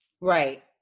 Right